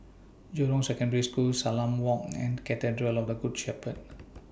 Jurong Secondary School Salam Walk and Cathedral of The Good Shepherd